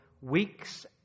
weeks